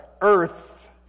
earth